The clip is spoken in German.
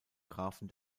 grafen